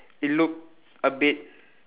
it looked a bit